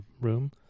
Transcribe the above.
room